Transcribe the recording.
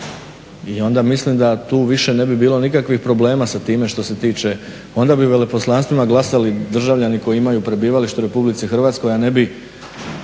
i onda mislim da tu više ne bi bilo nikakvih problema sa time što se tiče, onda bi u veleposlanstvima glasali državljani koji imaju prebivalište u RH, a ne bi